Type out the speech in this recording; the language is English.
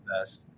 best